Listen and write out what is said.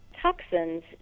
toxins